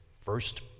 first